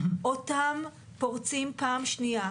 אותם פורצים פעם שנייה,